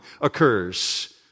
occurs